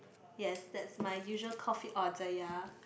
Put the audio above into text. yes that's my usual coffee order ya